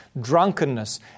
drunkenness